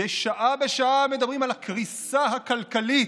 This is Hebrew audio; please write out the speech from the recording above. מדי שעה בשעה מדברים על הקריסה הכלכלית,